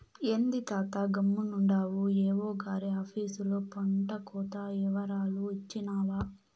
ఏంది తాతా గమ్మునుండావు ఏవో గారి ఆపీసులో పంటకోత ఇవరాలు ఇచ్చినావా